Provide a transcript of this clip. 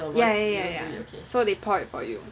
yeah yeah yeah so they pour it for you